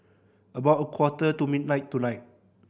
about a quarter to midnight tonight